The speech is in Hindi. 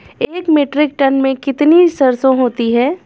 एक मीट्रिक टन में कितनी सरसों होती है?